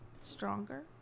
stronger